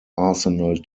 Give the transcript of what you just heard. arsenal